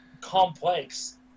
complex